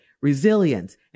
resilience